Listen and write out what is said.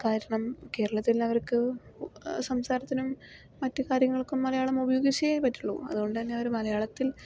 കാരണം കേരളത്തിലുള്ളവർക്ക് സംസാരത്തിനും മറ്റു കാര്യങ്ങൾക്കും മലയാളം ഉപയോഗിച്ചേ പറ്റുള്ളു അതുകൊണ്ട് തന്നെ അവര് മലയാളത്തിൽ